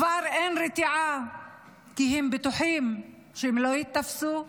כבר אין רתיעה כי הם בטוחים שהם לא ייתפסו,